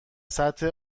سطح